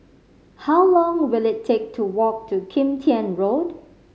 how long will it take to walk to Kim Tian Road